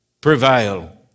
prevail